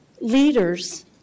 leaders